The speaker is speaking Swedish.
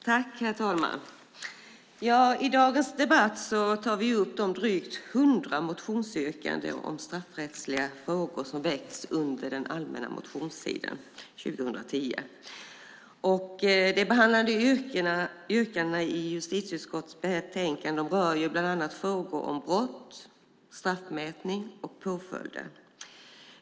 Herr talman! I dagens debatt tar vi upp de drygt 100 motionsyrkanden om straffrättsliga frågor som väckts under den allmänna motionstiden 2010. De behandlade yrkandena i justitieutskottets betänkande rör bland annat frågor om brott, straffmätning och påföljder.